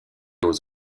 aux